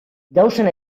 gaussen